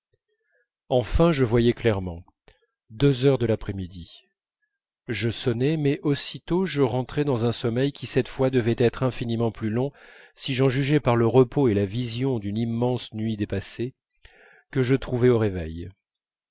enfin je voyais clairement deux heures de l'après-midi je sonnais mais aussitôt je rentrais dans un sommeil qui cette fois devait être infiniment plus long si j'en jugeais par le repos et la vision d'une immense nuit dépassée que je trouvais au réveil